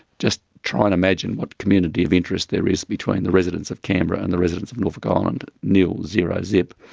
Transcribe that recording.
just try and imagine what community of interest there is between the residents of canberra and the residents of norfolk island. nil, zero, zip.